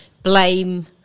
Blame